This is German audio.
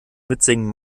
mitsingen